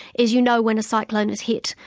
as you know when a cyclone has hit,